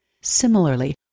Similarly